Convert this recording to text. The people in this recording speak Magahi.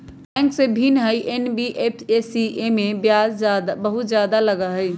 बैंक से भिन्न हई एन.बी.एफ.सी इमे ब्याज बहुत ज्यादा लगहई?